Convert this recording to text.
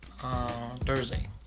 Thursday